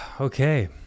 Okay